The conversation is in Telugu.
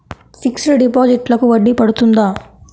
ఫిక్సడ్ డిపాజిట్లకు వడ్డీ పడుతుందా?